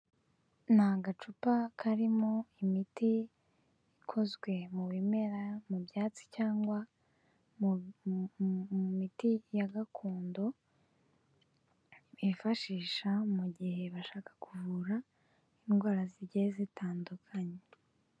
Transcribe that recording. Ni agacupa karimo imiti ikozwe mu bimera, mu byatsi cyangwa mu miti ya gakondo bifashisha mu gihe bashaka kuvura indwara zigiye zitandukanye.